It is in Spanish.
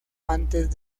antes